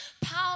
power